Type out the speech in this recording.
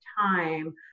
time